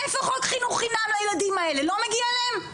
איפה חוק חינוך חינם לילדים האלה לא מגיע להם?